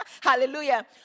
Hallelujah